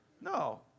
No